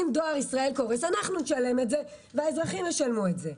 אם דואר ישראל קורס אנחנו נשלם את זה והאזרחים ישלמו את זה.